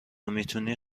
میتونی